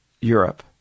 Europe